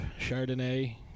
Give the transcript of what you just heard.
Chardonnay